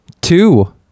two